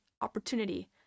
opportunity